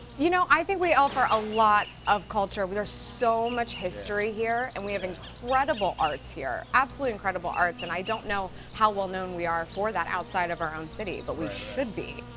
you know, i think we offer a lot of culture. we are so much history here, and we have and incredible arts here absolutely incredible arts. and i don't know how well known we are for that outside of our own city, but we should be.